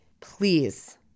please